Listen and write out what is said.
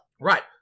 right